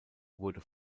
wurde